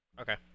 Okay